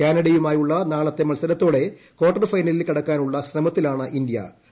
കാനഡയുമായുള്ള നാളത്തെ മത്സരത്തോടെ ക്വാർട്ടർ ഫൈനലിൽ കടക്കാനുള്ള ശ്രമത്തിലാണ് ഇന്തൃ